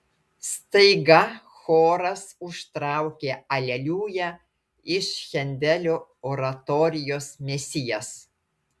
staiga choras užtraukė aleliuja iš hendelio oratorijos mesijas